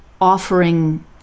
offering